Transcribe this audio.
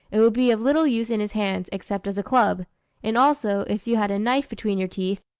it would be of little use in his hands, except as a club and also, if you had a knife between your teeth,